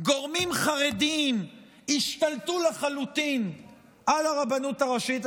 גורמים חרדיים השתלטו לחלוטין על הרבנות הראשית,